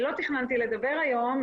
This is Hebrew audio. לא תכננתי לדבר היום,